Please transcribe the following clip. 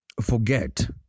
forget